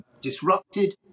disrupted